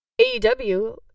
AEW